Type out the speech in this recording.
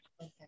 Okay